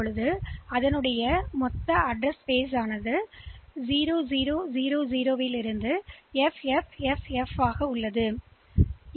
எனவே என்ன நடக்கிறது என்றால் 8085 இல் மொத்த முகவரி இடம் முகவரி வரம்பு 0000 முதல் FFFF ஹெக்ஸ் வரை என்று எங்களுக்குத் தெரியும்